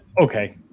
Okay